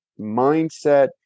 mindset